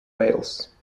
wales